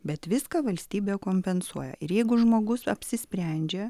bet viską valstybė kompensuoja ir jeigu žmogus apsisprendžia